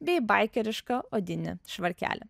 bei baikerišką odinį švarkelį